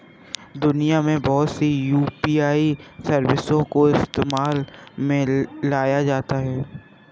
दुनिया में बहुत सी यू.पी.आई सर्विसों को इस्तेमाल में लाया जाता है